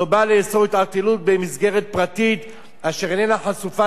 לא בא לאסור התערטלות במסגרת פרטית אשר איננה חשופה